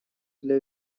для